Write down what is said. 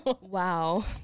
Wow